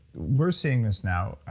we're seeing this now.